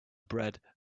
bread